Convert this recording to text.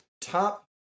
Top